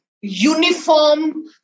uniform